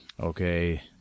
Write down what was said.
Okay